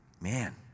man